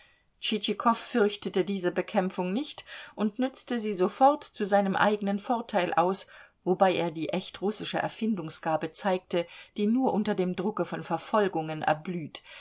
fürchtete diese bekämpfung nicht und nützte sie sofort zu seinem eigenen vorteil aus wobei er die echt russische erfindungsgabe zeigte die nur unter dem drucke von verfolgungen erblüht